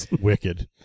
wicked